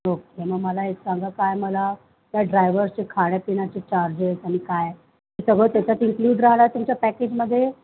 okay मग मला एक सांगा काय मला त्या ड्रायवरचे खाण्यापिण्याचे चार्जेस आणि काय हे सगळं त्याच्यात इन्क्लूड राहणार तुमच्या पॅकेजमध्ये